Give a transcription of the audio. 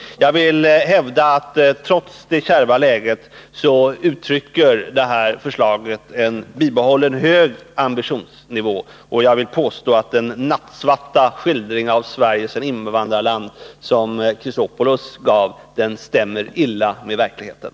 Jag vill hävda att trots det ekonomiskt kärva läget, så ger regeringens förslag uttryck för en bibehållen hög ambitionsnivå. Jag vill vidare påstå att Alexander Chrisopoulos nattsvarta skildring av Sverige som invandrarland illa stämmer överens med verkligheten.